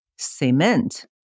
Cement